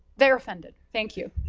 they're offended, thank you,